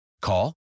Call